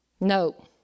No